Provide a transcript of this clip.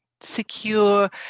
secure